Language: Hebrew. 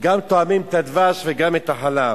גם טועמים את הדבש וגם את החלב.